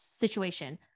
situation